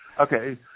Okay